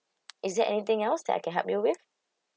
is there anything else that I can help you with